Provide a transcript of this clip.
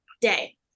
day